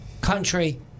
country